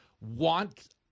want